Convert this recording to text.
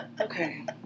Okay